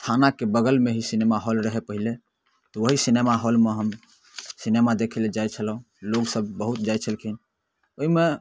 थानाके बगलमे ही सिनेमाहॉल रहै पहिले तऽ ओही सिनेमाहॉलमे हम सिनेमा देखैलए जाइ छलहुँ लोकसब बहुत जाइ छलखिन ओहिमे